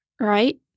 right